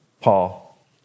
Paul